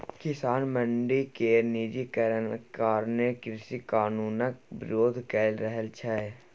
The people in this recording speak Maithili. किसान मंडी केर निजीकरण कारणें कृषि कानुनक बिरोध कए रहल छै